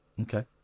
Okay